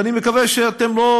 ואני מקווה שאתם לא